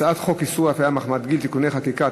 הצעת חוק איסור הפליה מחמת גיל (תיקוני חקיקה),